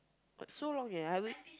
so long eh I haven't